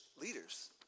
leaders